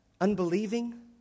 unbelieving